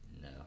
No